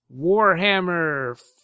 Warhammer